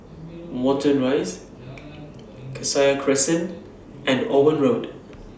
Watten Rise Cassia Crescent and Owen Road